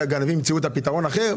ושהגנבים ימצאו פתרון אחר.